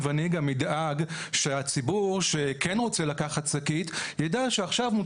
והוא לא לוקח את זה כי בא לו אלא כי המחוקק קבע שהוא חייב לקחת.